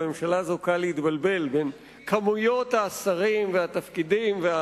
בממשלה הזאת קל להתבלבל בין כמויות השרים והתפקידים.